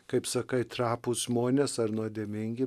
kaip sakai trapūs žmonės ar nuodėmingi